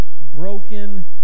broken